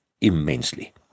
immensely